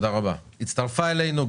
צריך לומר שחבר הכנסת גפני הגיע בשבוע